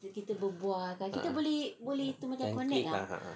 ah can click kan a'ah